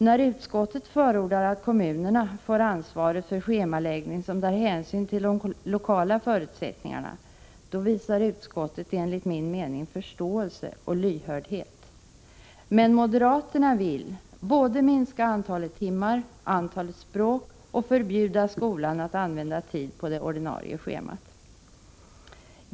När utskottet förordar att kommunerna får ansvaret för schemaläggning som tar hänsyn till de lokala förutsättningarna, visar utskottet enligt min mening förståelse och lyhördhet. Men moderaterna vill minska både antalet timmar och antalet språk och förbjuda skolan att använda tid på det ordinarie schemat.